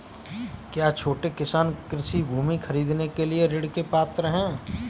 क्या छोटे किसान कृषि भूमि खरीदने के लिए ऋण के पात्र हैं?